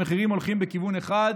המחירים הולכים בכיוון אחד,